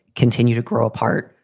continue to grow apart.